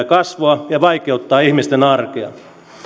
kasvua ja vaikeuttaa ihmisten arkea